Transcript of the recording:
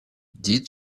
did